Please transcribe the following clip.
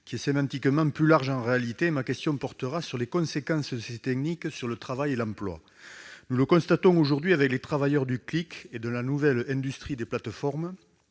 réalité sémantiquement plus large. Ma question portera sur les conséquences de cette technique sur le travail et l'emploi. Nous le constatons aujourd'hui avec les travailleurs du clic et de la nouvelle industrie des plateformes,